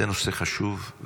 זה נושא חשוב,